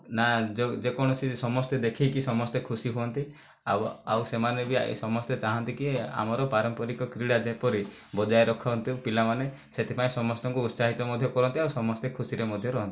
ନା ଯେ କୌଣସି ସମସ୍ତେ ଦେଖିକି ସମସ୍ତେ ଖୁସି ହୁଅନ୍ତି ଆଉ ସେମାନେ ବି ସମସ୍ତେ ଚାହାନ୍ତି କି ଆମର ପାରମ୍ପାରିକ କ୍ରୀଡ଼ା ଯେପରି ବଜାୟ ରଖନ୍ତୁ ପିଲାମାନେ ସେଥିପାଇଁ ସମସ୍ତଙ୍କୁ ଉତ୍ସାହିତ କରନ୍ତି ଆଉ ସମସ୍ତେ ଖୁସିରେ ମଧ୍ୟ ରୁହନ୍ତି